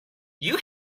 you